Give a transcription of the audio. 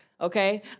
okay